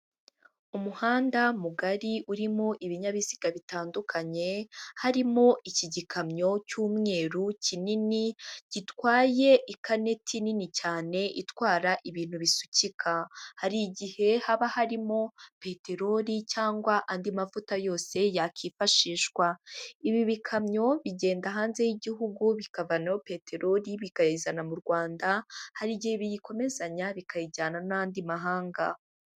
Umuhanda mugari urimo ibinyabiziga bitandukanye, harimo iki gikamyo cy'umweru kinini gitwaye ikaneti nini cyane itwara ibintu bisukika, hari igihe haba harimo peteroli cyangwa andi mavuta yose yakwifashishwa. Ibi bikamyo bigenda hanze y'igihugu bikavanayo peteroli bikayizana mu Rwanda, hari igihe biyikomezanya bikayijyana no muyandi mahanga.